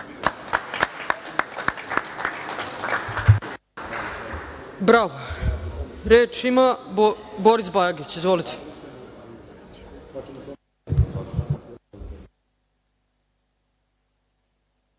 Bravo. Reč ima Boris Bajić. Izvolite.